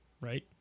right